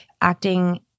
acting